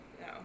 No